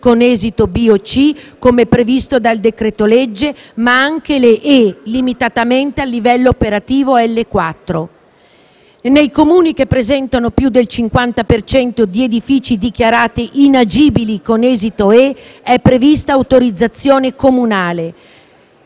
con esito "B" o "C", come previsto dal decreto-legge, ma anche "E", limitatamente al livello operativo L4; - consentito - nei comuni che presentano più del 50% di edifici dichiarati inagibili con esito "E" e previa autorizzazione comunale